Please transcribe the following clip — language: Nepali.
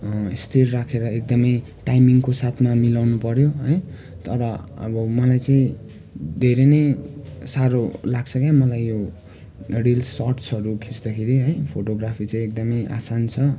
स्थिर राखेर एकदमै टाइमिङको साथमा मिलाउनु पर्यो है तर अब मलाई चाहिँ धेरै नै साह्रो लाग्छ क्या मलाई यो रिल्स सर्टसहरू खिच्दाखेरि है फोटोग्राफी चाहिँ एकदमै आसान छ